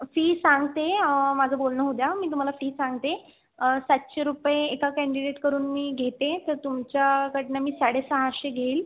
fee सांगते माझं बोलणं होऊ द्या मी तुम्हाला फी सांगते सातशे रुपये एका कँडिडेटकडून मी घेते तर तुमच्याकडून मी साडेसहाशे घेईल